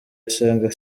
asanga